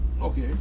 Okay